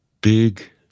big